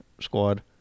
Squad